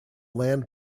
land